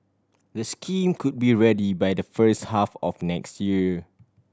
the scheme could be ready by the first half of next year